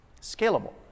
Scalable